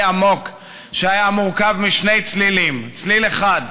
עמוק שהיה מורכב משני צלילים: צליל אחד,